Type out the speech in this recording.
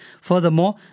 Furthermore